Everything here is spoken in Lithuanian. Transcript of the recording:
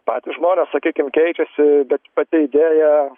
patys žmonės sakykim keičiasi bet pati idėja